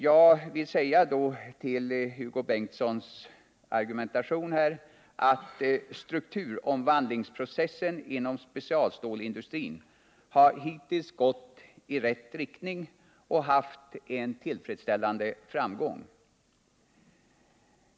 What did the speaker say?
Jag vill bemöta Hugo Bengtssons argumentation med att säga att strukturomvandlingsprocessen inom specialstålsindustrin hittills har gått i Nr 153 rätt riktning och varit tillfredsställande.